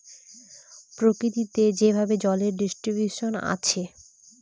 প্রকৃতিতে যেভাবে জলের ডিস্ট্রিবিউশন আছে